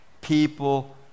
people